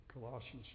Colossians